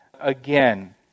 again